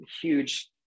huge